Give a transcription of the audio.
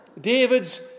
David's